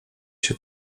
się